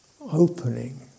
opening